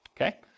okay